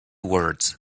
words